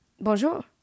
Bonjour